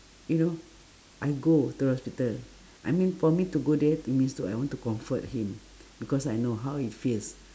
you know I go to hospital I mean for me to go there it means to I want to comfort him because I know how it feels